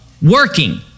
Working